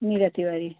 Meera Tiwari